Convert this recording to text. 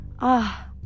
Ah